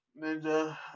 Ninja